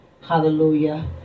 hallelujah